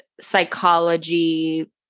psychology